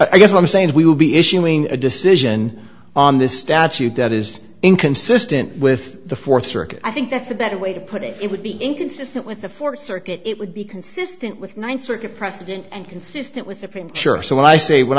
i guess i'm saying we will be issuing a decision on this statute that is inconsistent with the fourth circuit i think that's a better way to put it it would be inconsistent with the fourth circuit it would be consistent with ninth circuit precedent and consistent with supreme sure so when i say when